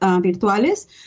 virtuales